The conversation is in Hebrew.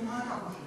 נו, מה אתה חושב?